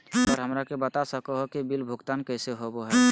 Sir हमरा के बता हो कि बिल भुगतान कैसे होबो है?